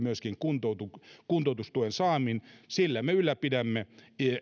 myöskin yli kuusikymmentäviisi vuotiaille kuntoutustuen saannin sillä me ylläpidämme